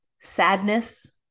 sadness